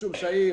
משום שהעיר,